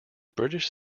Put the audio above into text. british